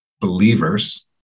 believers